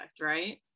right